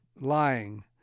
lying